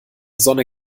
sonne